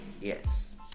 Yes